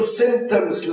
symptoms